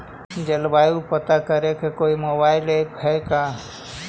जलवायु पता करे के कोइ मोबाईल ऐप है का?